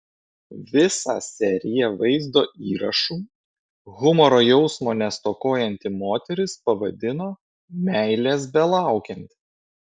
visą seriją vaizdo įrašų humoro jausmo nestokojanti moteris pavadino meilės belaukiant